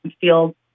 feel